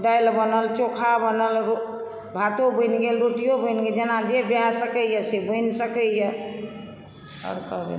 दालि बनल चोखा बनल भातो बनि गेल रोटियो बनि गेल जेना जे भए सकयए से बनि सकयए आओर कहबै